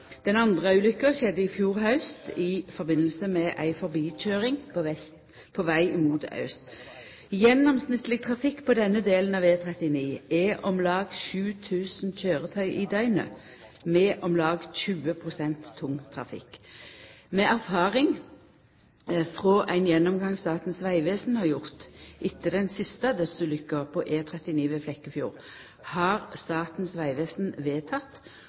Den andre ulykka skjedde i fjor haust i samband med ei forbikøyring på veg mot aust. Gjennomsnittleg trafikk på denne delen av E39 er om lag 7 000 køyretøy i døgnet, med om lag 20 pst. tungtrafikk. Med erfaring frå ein gjennomgang Statens vegvesen har gjort etter den siste dødsulykka på E39 ved Flekkefjord, har Statens vegvesen